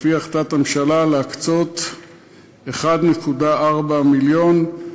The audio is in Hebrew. לפי החלטת הממשלה, להקצות 1.4 מיליון שקל.